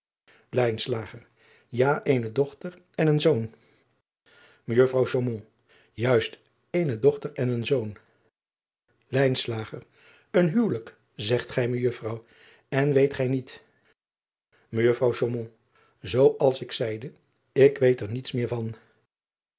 a eene dochter en een zoon ejuffr juist eene dochter en een zoon en huwelijk zegt gij ejuffrouw n weet gij niet ejuffr oo als ik zeide ik weet er niets meer van